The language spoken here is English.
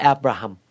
Abraham